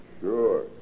Sure